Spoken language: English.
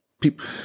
People